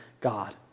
God